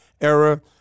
era